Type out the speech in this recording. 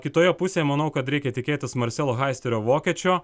kitoje pusėje manau kad reikia tikėtis marsel haisterio vokiečio